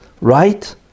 right